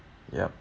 yup